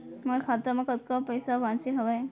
मोर खाता मा कतका पइसा बांचे हवय?